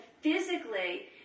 physically